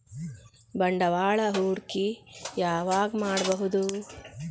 ಬಂಡವಾಳ ಹೂಡಕಿ ಯಾವಾಗ್ ಮಾಡ್ಬಹುದು?